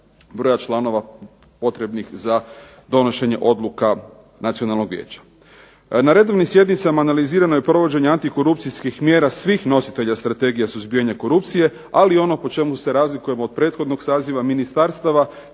broja članova potrebnih za donošenje odluka nacionalnog vijeća. Na redovnim sjednicama analizirano je provođenje antikorupcijskih mjera svih nositelja strategija suzbijanja korupcije, ali ono po čemu se razlikujemo od prethodnog saziva ministarstava,